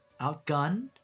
outgunned